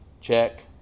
check